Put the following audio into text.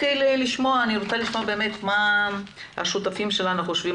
אני רוצה לשמוע מה השותפים שלנו חושבים